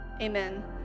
Amen